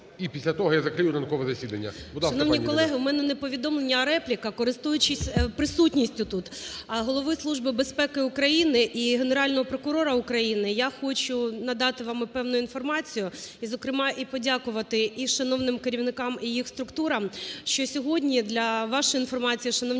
і після того я закрию ранкове засідання.